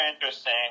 interesting